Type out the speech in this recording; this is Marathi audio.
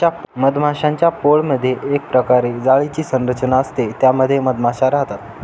मधमाश्यांच्या पोळमधे एक प्रकारे जाळीची संरचना असते त्या मध्ये मधमाशा राहतात